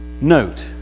note